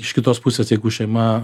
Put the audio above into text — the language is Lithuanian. iš kitos pusės jeigu šeima